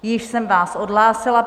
Již jsem vás odhlásila.